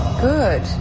Good